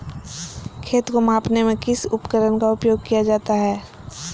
खेत को मापने में किस उपकरण का उपयोग किया जाता है?